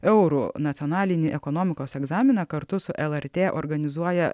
eurų nacionalinį ekonomikos egzaminą kartu su lrt organizuoja